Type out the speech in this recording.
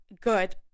good